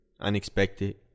Unexpected